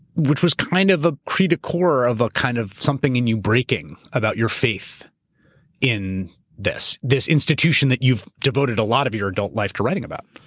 which was kind of ah cri de coeur of a kind of something in you breaking about your faith in this, this institution that you've devoted a lot of your adult life to writing about.